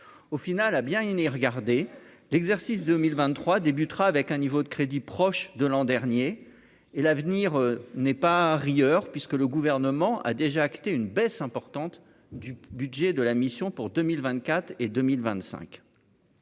au final ah bien Inès regarder l'exercice 2023 débutera avec un niveau de crédit proche de l'an dernier et l'avenir n'est pas rigueur puisque le gouvernement a déjà acté une baisse importante du budget de la mission, pour 2024 et 2025,